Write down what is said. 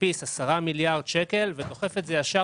מדפיס 10 מיליארד שקל ודוחף את זה ישר